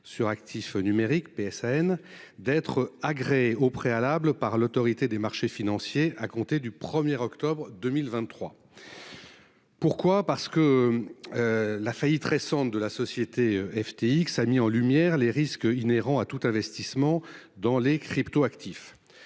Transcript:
sur actifs numériques PSN d'être agréé au préalable par l'Autorité des marchés financiers à compter du premier octobre 2023. Pourquoi parce que. La faillite récente de la société FTX a mis en lumière les risques inhérents à toute investissements dans les cryptoactifs,